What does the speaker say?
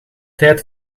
tijd